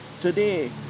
today